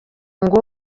ngo